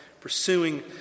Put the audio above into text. pursuing